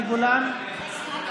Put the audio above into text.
גולן,